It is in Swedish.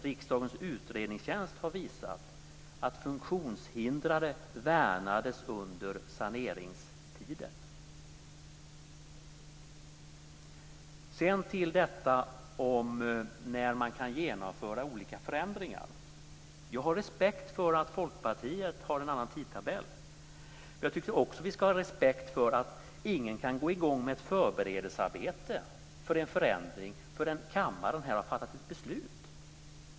Riksdagens utredningstjänst har visat att funktionshindrade värnades under saneringstiden. Sedan vill jag gå över till detta om när man kan genomföra olika förändringar. Jag har respekt för att Folkpartiet har en annan tidtabell. Jag tycker också att vi ska ha respekt för att ingen kan gå i gång med ett förberedelsearbete för en förändring förrän kammaren här har fattat beslut.